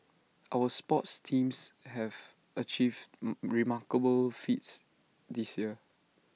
our sports teams have achieved remarkable feats this year